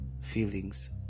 feelings